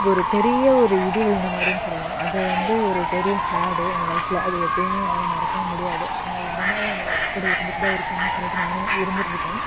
ஒரு பெரிய ஒரு இடி விழுந்த மாதிரின்னு சொல்லலாம் அது வந்து ஒரு பெரிய சேடு என் லைஃப்பில் அது எப்போயுமே என்னால் மறக்கவும் முடியாது அவங்க இறந்தாலும் எங்கள் கூட இருந்துட்டு தான் இருக்காங்கன்னு சொல்லிவிட்டு நானும் தான் இருந்துட்டுருக்கோம்